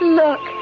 look